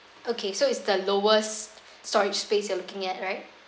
okay so it's the lowest storage space you're looking at right